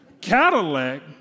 Cadillac